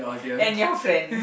and your friend